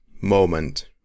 moment